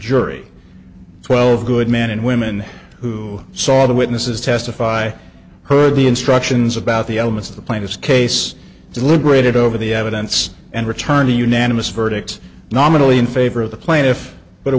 jury twelve good men and women who saw the witnesses testify heard the instructions about the elements of the plaintiff's case deliberated over the evidence and return a unanimous verdict nominally in favor of the plaintiff but a